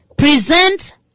Present